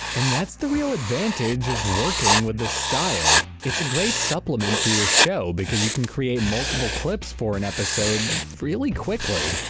and that's the real advantage of working with this style. it's a great supplement for your show because you can create multiple clips for an episode really quickly.